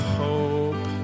hope